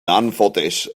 anffodus